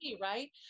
Right